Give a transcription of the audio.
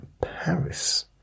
Paris